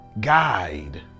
guide